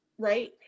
Right